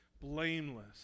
blameless